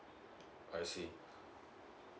I see